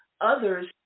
others